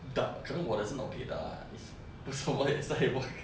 duck 可能我的是 not paid 的 lah if 不什么也是还 work